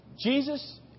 Jesus